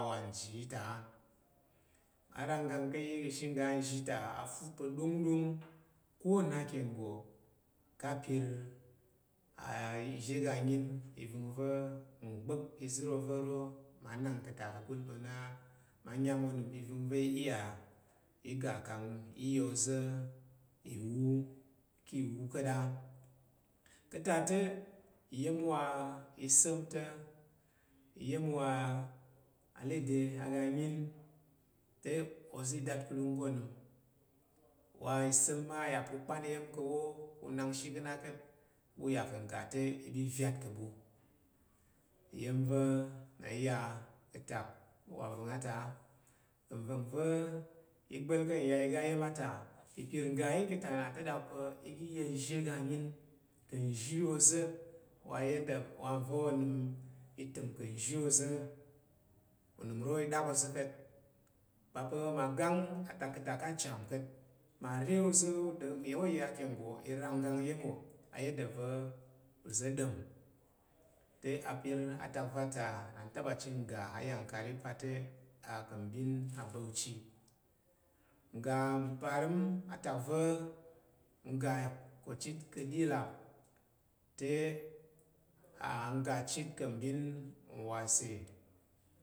Wa nyi yi ta a. Mma ranggang ka̱ yi ka̱she nga nzhi ta utu pa̱ ɗongɗong. Ko nna ki̱ nggo ka̱ pir izhe ga nyin ivəngva̱ nggbak izər oza̱ ro, ma nang ka̱ ta ka̱kul pa̱ r’a ma nyan onəm i̱vəngva̱ t iya t ga kang t ya oza̱ iwu ka̱ iwu ka̱t a. Ka̱ ta te iya̱n wa isa̱m ta̱, iya̱n wa alede aga anyin te ozi datkulung ka̱ onəm. Ima isa̱m ma a ya’ pa̱ u kpan iyam ka̱ awo, u nangshi ka̱ na ka̱t u ya’ ka̱’ ngate i vyat ka̱ ɓun ɪya̱n va̱ t ya ka̱tak wa’avəng a’ ta a’. Nva̱ngva̱ t gba̱l ka̱ nya iga ya̱n a ta, ipir ngga yi ka̱ na ta̱ ɗak pa̱ t ga t ya izhe’ ga nyin ka̱ nzhi oza̱ wa nva̱ onəm i təm ka̱nzhi oza̱, unəm ro i ɗak oza̱ ka̱t. Ba pa̱ mma gang atak ka̱ ta ka̱ akam ka̱t mare oza̱ ki nggo i ranggang iya̱nwo ayada va̱ oza̱ ɗom. Te apir atak va ta n taba chit n ga. Ayankari pa̱ te ka̱ mbin abauchi. Ngga maparam, atak va̱ n ga ko chit ka̱’ ɗi lam te, a’ n ga chit ka̱’ mbin nwase